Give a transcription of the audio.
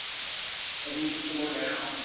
and least for now,